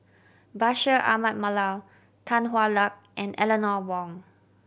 Bashir Ahmad Mallal Tan Hwa Luck and Eleanor Wong